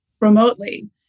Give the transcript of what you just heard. remotely